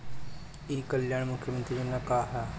ई कल्याण मुख्य्मंत्री योजना का है?